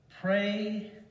Pray